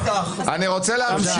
יוליה, יכולתי להגיד אותו דבר.